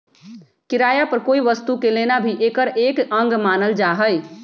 किराया पर कोई वस्तु के लेना भी एकर एक अंग मानल जाहई